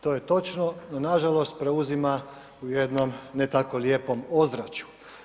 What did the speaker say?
To je točno, no nažalost preuzima u jednom ne tako lijepom ozračju.